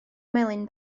melyn